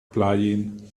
playing